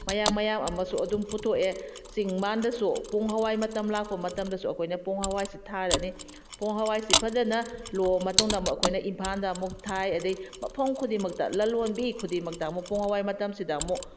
ꯃꯌꯥꯝ ꯃꯌꯥꯝ ꯑꯃꯁꯨ ꯑꯗꯨꯝ ꯄꯨꯊꯣꯛꯑꯦ ꯆꯤꯡ ꯃꯥꯟꯗꯁꯨ ꯄꯣꯡ ꯍꯋꯥꯏ ꯃꯇꯝ ꯂꯥꯛꯄ ꯃꯇꯝꯗꯁꯨ ꯑꯩꯈꯣꯏꯅ ꯄꯣꯡ ꯍꯋꯥꯏꯁꯤ ꯊꯥꯔꯅꯤ ꯄꯣꯡ ꯍꯋꯥꯏꯁꯤ ꯐꯖꯅ ꯂꯣꯛꯑ ꯃꯇꯨꯡꯗ ꯑꯃꯨꯛ ꯑꯩꯈꯣꯏꯅ ꯏꯝꯐꯥꯜꯗ ꯑꯃꯨꯛ ꯊꯥꯏ ꯑꯗꯩ ꯃꯐꯝ ꯈꯨꯗꯤꯡꯃꯛꯇ ꯂꯂꯣꯟꯕꯤ ꯈꯨꯗꯤꯡꯃꯛꯇ ꯑꯃꯨꯛ ꯄꯣꯡ ꯍꯋꯥꯏ ꯃꯇꯝꯁꯤꯗ ꯑꯃꯨꯛ